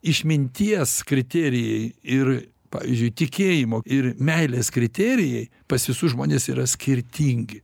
išminties kriterijai ir pavyzdžiui tikėjimo ir meilės kriterijai pas visus žmones yra skirtingi